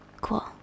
Cool